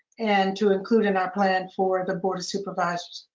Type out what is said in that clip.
and to include in our plan for the board of supervisors.